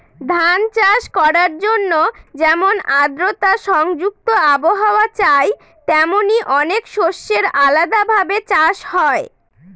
ধান চাষ করার জন্যে যেমন আদ্রতা সংযুক্ত আবহাওয়া চাই, তেমনি অনেক শস্যের আলাদা ভাবে চাষ হয়